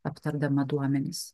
aptardama duomenis